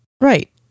Right